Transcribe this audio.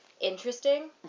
interesting